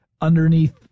underneath